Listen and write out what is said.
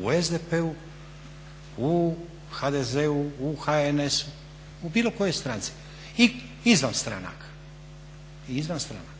u SDP-u, u HDZ-u, u HNS-u, u bilo kojoj stranci i izvan stranaka. Tu dakako